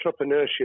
entrepreneurship